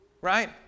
right